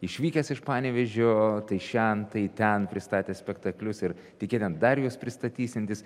išvykęs iš panevėžio tai šen tai ten pristatęs spektaklius ir tikėtina dar juos pristatysiantis